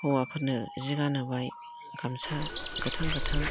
हौवाफोरनो जि गानहोबाय गामसा गोथां गोथां